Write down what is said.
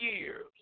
years